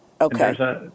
Okay